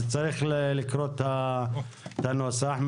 צריך לקרוא את הנוסח.